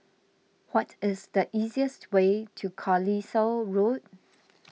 what is the easiest way to Carlisle Road